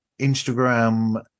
Instagram